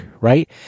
right